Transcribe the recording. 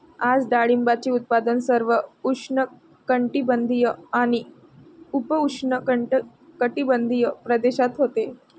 आज डाळिंबाचे उत्पादन सर्व उष्णकटिबंधीय आणि उपउष्णकटिबंधीय प्रदेशात होते